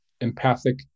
empathic